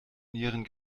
nieren